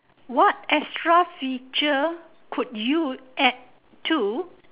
what extra feature could you add to